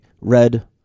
red